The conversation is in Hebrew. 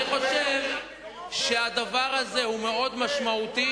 אני חושב שהדבר הזה הוא מאוד משמעותי,